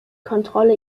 kontrolle